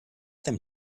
them